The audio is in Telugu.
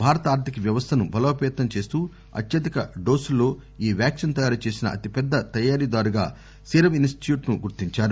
భారత ఆర్దిక వ్యవస్థను బలోపతం చేస్తూ అత్యధిక డోస్ ల్లో ఈ వ్యాక్సిన్ తయారు చేసిన అతిపెద్ద తయారీదారుగా సీరం ఇనిస్టిట్యూట్ ను గుర్తించారు